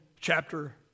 chapter